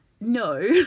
no